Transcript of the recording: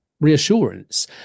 reassurance